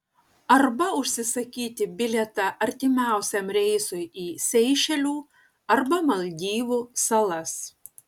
arba užsisakyti bilietą artimiausiam reisui į seišelių arba maldyvų salas